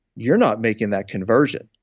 you're not making that conversion,